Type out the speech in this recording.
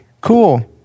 cool